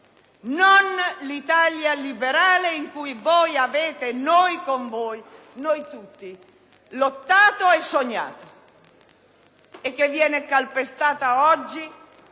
non l'Italia liberale in cui voi (e noi con voi, noi tutti) avete lottato e sognato, e che viene calpestata oggi